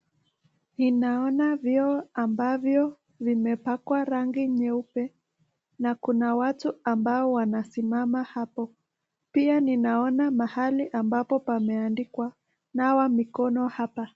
Ninaona vyoo ambavyo vimepakwa rangi nyeupe na kuna watu ambao wanasimama hapo. Pia ninaona mahali ambapo pameandikwa Nawa mikono hapa.